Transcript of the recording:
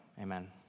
amen